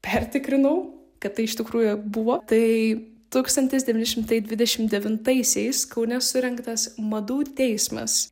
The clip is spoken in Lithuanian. pertikrinau kad tai iš tikrųjų buvo tai tūkstantis devyni šimtai dvidešim devintaisiais kaune surengtas madų teismas